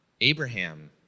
Abraham